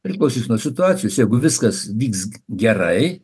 priklausys nuo situacijos jeigu viskas vyks gerai